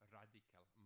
radical